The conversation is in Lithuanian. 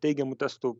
teigiamų testų